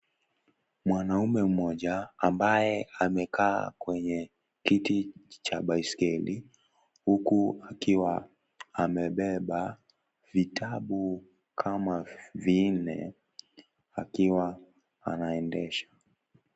Mwanamume mmoja ambaye amekaa kwenye kiti cha baiskeli. Huku akiwa amebeba vitabu kama vinne akiwa anaendesha.